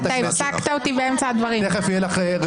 עברו.